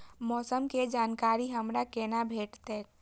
मौसम के जानकारी हमरा केना भेटैत?